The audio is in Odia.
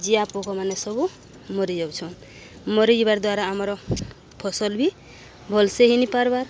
ଜିଆ ପୋକମାନେ ସବୁ ମରିଯାଉଛନ୍ ମରିଯିବାର ଦ୍ୱାରା ଆମର ଫସଲ ବି ଭଲସେ ହେଇ ନି ପାର୍ବାର୍